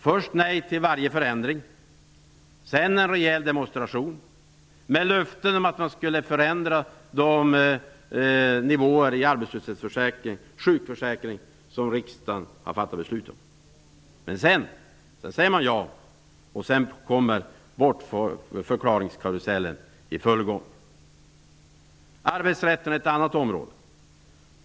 Först säger de nej till varje förändring, sedan kommer en rejäl demonstration med löften om att förändra de nivåer i arbetslöshets och sjukförsäkring som riksdagen har fattat beslut om. Sedan säger de ja, därefter är ''bortförklaringskarusellen'' i full gång. Arbetsrätten är ett annat område.